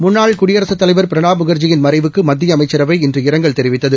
முன்னாள் குடியரசுத் தலைவர் பிரணாப் முக்ஜியின் மறைவுக்கு மத்திய அமைச்சரவை இன்று இரங்கல் தெரிவித்தது